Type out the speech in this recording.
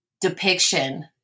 Depiction